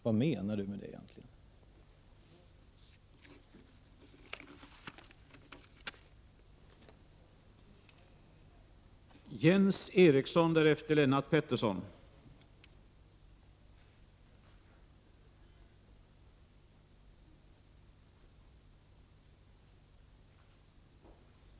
Vad menar Ingvar Carlsson egentligen med ett sådant uttalande?